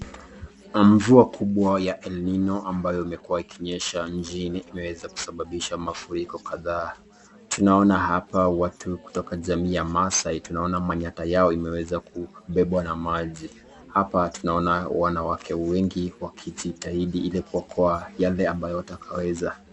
Mvua kubwa ya elnino ambayo imekuwa ikionyesha nchini imeweza kusababisha mafuriko kadhaa, tunaona hapa watu kutoka jamii ya maasai, tunaina manyatta yao imeeza kubebwa na maji, hapa tunaina wanawake wengi wakijitahidi ili qaweze kuokoa ili watakayoweza.